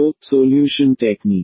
तो solution technique